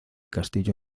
castillo